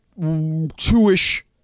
two-ish